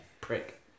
prick